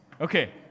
Okay